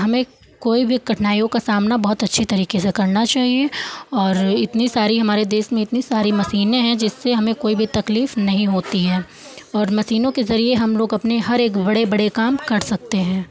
हमें कोई भी कठिनाइयों का सामना बहुत अच्छे तरीके से करना चाहिए और इतनी सारी हमारे देश में इतनी सारी मशीनें हैं जिससे हमें कोई भी तकलीफ़ नहीं होती है और मशीनों के ज़रिये हम लोग अपने हर एक बड़े बड़े काम कर सकते हैं